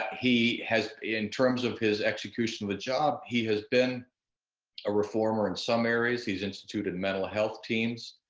he has, in terms of his execution of the job, he has been a reformer in some areas. he's instituted mental health teams,